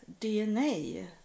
dna